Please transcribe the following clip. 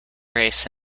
race